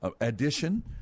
addition